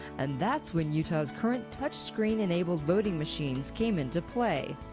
and that's when utah's current touchscreen enabled voting machines came into play.